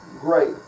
great